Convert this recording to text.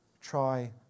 try